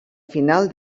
final